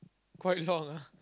quite long ah